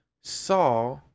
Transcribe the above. saw